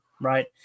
right